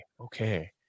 Okay